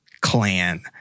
clan